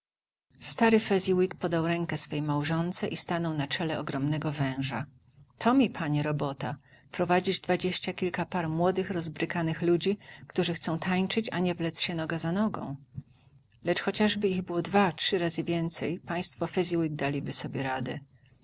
stary fezziwig podał rękę swej małżonce i stanął na czele ogromnego węża to mi panie robota prowadzić dwadzieścia kilka par młodych rozbrykanych ludzi którzy chcą tańczyć a nie wlec się noga za nogą lecz chociażby ich było dwa trzy razy więcej państwo fezziwig daliby sobie radę